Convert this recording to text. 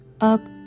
up